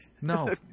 No